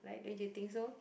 right don't you think so